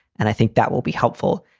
and i think that will be helpful,